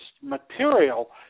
material